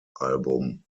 album